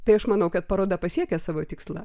tai aš manau kad paroda pasiekia savo tikslą